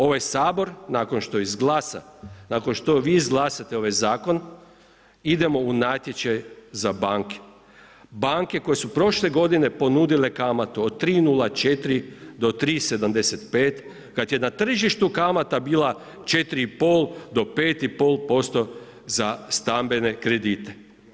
Ovaj Sabor nakon što izglasa, nakon što vi izglasate ovaj zakon idemo na natječaj za banke. banke koje su prošle godine ponudile kamatu od 3,04 do 3,75 kada je na tržištu kamata bila 4,5 do 5,5% za stambene kredite.